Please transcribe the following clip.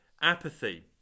Apathy